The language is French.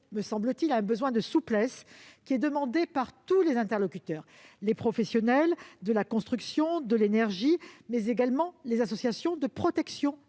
me semble-t-il, à un besoin de souplesse demandé par tous les acteurs, que ce soit les professionnels de la construction ou ceux de l'énergie, mais également les associations de protection